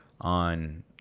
on